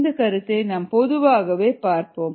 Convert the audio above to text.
இந்த கருத்தை நாம் பொதுவாக பார்ப்போம்